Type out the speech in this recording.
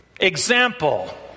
Example